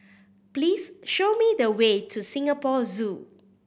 please show me the way to Singapore Zoo